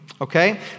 Okay